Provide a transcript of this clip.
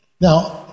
Now